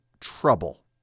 trouble